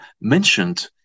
mentioned